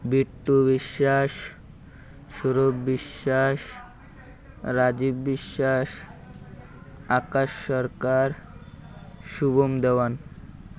Bittu Biswas Saurav Biswas Rajiv Biswas Akash Sarkar Shubham Dewan